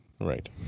right